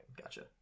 Gotcha